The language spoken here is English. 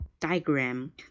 Diagram